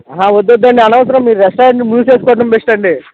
ఆహా వద్దు వద్దండి అనవసరం మీర్ రెస్టారెంట్ని మూసేస్కోవటం బెస్టండి